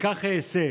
וכך אעשה.